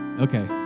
Okay